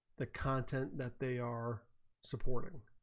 that content that they are supporting